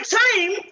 time